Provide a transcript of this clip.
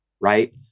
right